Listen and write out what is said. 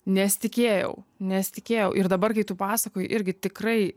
nesitikėjau nesitikėjau ir dabar kai tu pasakoji irgi tikrai